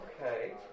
Okay